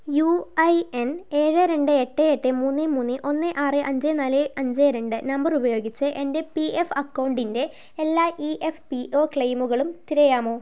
U I N ഏഴ് രണ്ട് എട്ട് എട്ട് മൂന്ന് മൂന്ന് ഒന്ന് ആറ് അഞ്ച് നാല് അഞ്ച് രണ്ട് നമ്പർ ഉപയോഗിച്ച് എൻറെ പി എഫ് അക്കൗണ്ടിൻ്റെ എല്ലാ ഇ എഫ് പി ഒ ക്ലെയിമുകളും തിരയാമോ